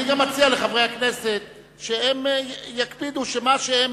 אני גם מציע לחברי הכנסת שיקפידו שמה שהם